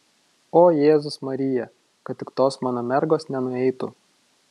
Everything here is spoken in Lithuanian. o jėzus marija kad tik tos mano mergos nenueitų